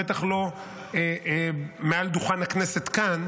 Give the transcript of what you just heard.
בטח לא מעל דוכן הכנסת כאן.